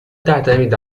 تعتمد